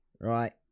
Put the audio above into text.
right